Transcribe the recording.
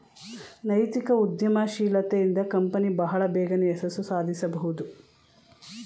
ನೈತಿಕ ಉದ್ಯಮಶೀಲತೆ ಇಂದ ಕಂಪನಿ ಬಹಳ ಬೇಗನೆ ಯಶಸ್ಸು ಸಾಧಿಸಬಹುದು